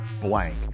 blank